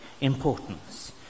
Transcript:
importance